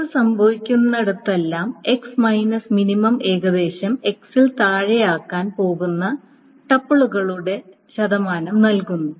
x സംഭവിക്കുന്നിടത്തെല്ലാം x minus minimum ഏകദേശം x ൽ താഴെയാകാൻ പോകുന്ന ടുപ്പിളുകളുടെ ശതമാനം നൽകുന്നു